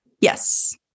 Yes